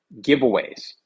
giveaways